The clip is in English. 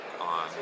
on